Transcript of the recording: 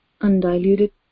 undiluted